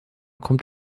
kommt